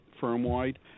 firm-wide